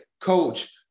coach